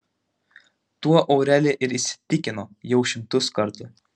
tuo aureli ir įsitikino jau šimtus kartų